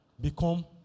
become